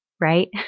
right